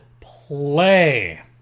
play